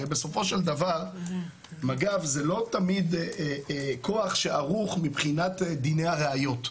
הרי בסופו של דבר מג"ב זה לא תמיד כוח שערוך מבחינת דיני הראיות,